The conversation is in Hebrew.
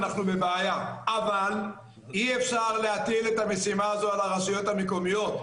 אנחנו בבעיה אבל אי אפשר להטיל את המשימה הזאת על הרשויות המקומיות.